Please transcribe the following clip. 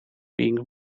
being